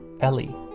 Ellie